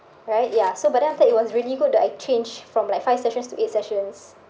right ya so but then after that it was really good that I changed from like five sessions to eight sessions